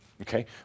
Okay